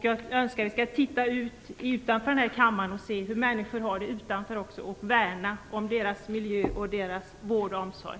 Jag önskar att vi skall titta utanför den här kammaren, på hur människor har det, och värna om deras miljö och om vård och omsorg.